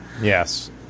Yes